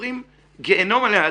שעוברים גיהינום עלי אדמות.